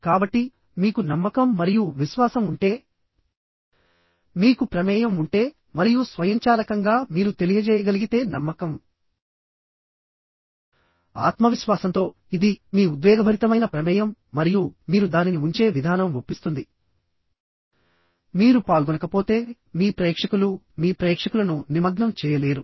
కాబట్టి మీకు నమ్మకం మరియు విశ్వాసం ఉంటే మీకు ప్రమేయం ఉంటే మరియు స్వయంచాలకంగా మీరు తెలియజేయగలిగితే నమ్మకం ఆత్మవిశ్వాసంతో ఇది మీ ఉద్వేగభరితమైన ప్రమేయం మరియు మీరు దానిని ఉంచే విధానం ఒప్పిస్తుంది మీరు పాల్గొనకపోతే మీ ప్రేక్షకులు మీ ప్రేక్షకులను నిమగ్నం చేయలేరు